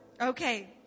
Okay